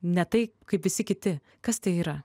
ne tai kaip visi kiti kas tai yra